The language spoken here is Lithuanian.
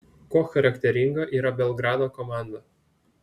kuo charakteringa yra belgrado komanda